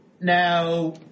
Now